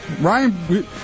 Ryan